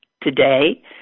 today